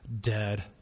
dead